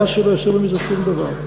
גז שלא יצא מזה שום דבר.